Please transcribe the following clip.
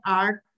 art